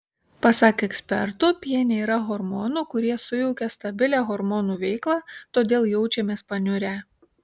pasak ekspertų piene yra hormonų kurie sujaukia stabilią hormonų veiklą todėl jaučiamės paniurę